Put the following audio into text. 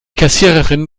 kassiererin